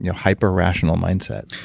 you know hyper-rational mindset?